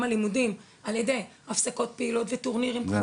הלימודים על ידי הפסקות פעילות וטורנירים,